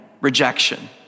Rejection